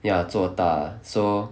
ya 做大 so